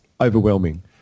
overwhelming